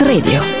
Radio